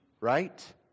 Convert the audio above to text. right